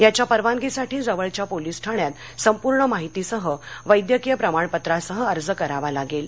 याच्या परवानगीसाठी जवळघ्या पोलीस ठाण्यात संपूर्ण माहितीसह वैद्यकीय प्रमाणपत्रासह अर्ज करावा लागेल